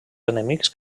enemics